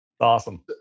Awesome